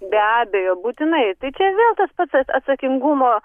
be abejo būtinai tai čia vėl tas pats atsakingumo